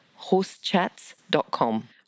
Horsechats.com